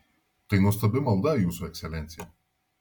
tai nuostabi malda jūsų ekscelencija